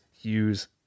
use